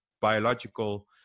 biological